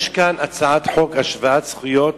יש כאן הצעת חוק השוואת זכויות